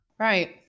Right